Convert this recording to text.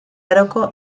aroko